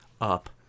up